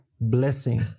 blessing